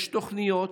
יש תוכניות,